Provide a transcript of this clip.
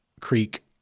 Creek